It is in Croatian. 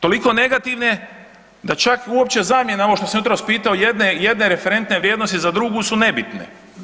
Toliko negativne da čak uopće zamjena, ovo što sam jutros pitao, jedne referentne vrijednosti za drugu su nebitne.